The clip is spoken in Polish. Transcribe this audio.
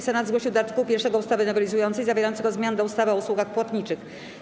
Senat zgłosił do art. 1 ustawy nowelizującej zawierającego zmiany do ustawy o usługach płatniczych.